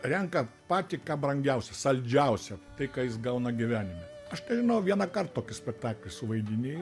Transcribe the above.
renka patį ką brangiausią saldžiausią tai ką jis gauna gyvenime aš nežinau vienąkar tokį spektaklį suvaidini